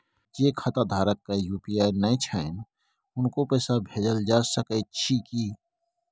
जे खाता धारक के यु.पी.आई नय छैन हुनको पैसा भेजल जा सकै छी कि?